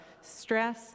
stress